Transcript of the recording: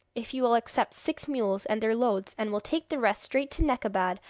if you will accept six mules and their loads, and will take the rest straight to nekabad,